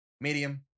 medium